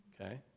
okay